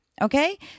Okay